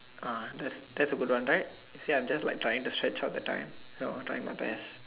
ah that that's a good one right see like I'm just trying to stretch out the time you know trying my best